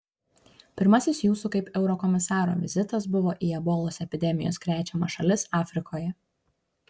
pirmasis jūsų kaip eurokomisaro vizitas buvo į ebolos epidemijos krečiamas šalis afrikoje